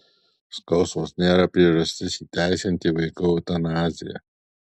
skausmas nėra priežastis įteisinti vaikų eutanaziją